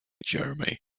jeremy